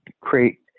create